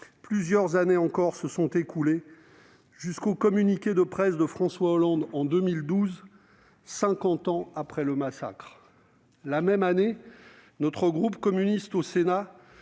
plusieurs années se sont encore écoulées jusqu'au communiqué de presse de François Hollande en 2012, cinquante ans après le massacre ! La même année, le groupe communiste du Sénat